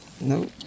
Nope